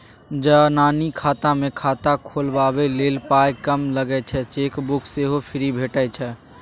जनानी खाता मे खाता खोलबाबै लेल पाइ कम लगै छै चेकबुक सेहो फ्री भेटय छै